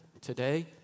today